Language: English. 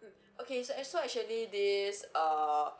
mm okay so as for actually this err